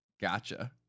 Gotcha